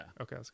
Okay